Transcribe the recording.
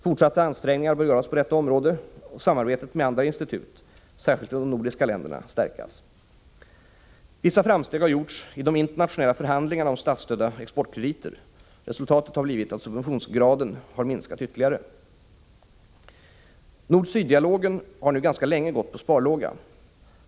Fortsatta ansträngningar bör göras på detta område och samarbetet med andra institut, särskilt i de nordiska länderna, stärkas. Vissa framsteg har gjorts i de internationella förhandlingarna om statsstödda exportkrediter. Resultatet har blivit att subventionsgraden har minskat ytterligare. Nord-syd-dialogen har nu ganska länge gått på sparlåga.